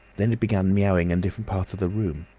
then it began miaowing in different parts of the room.